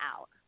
out